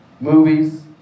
movies